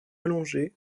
allongé